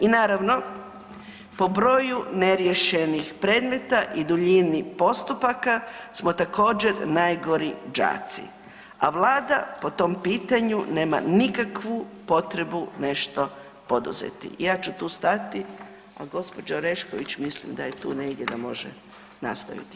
I naravno, po broju neriješenih predmeta i duljini postupaka smo također najgori đaci, a vlada po tom pitanju nema nikakvu potrebu nešto poduzeti i ja ću tu stati, a gđa. Orešković, mislim da je tu negdje da može nastaviti.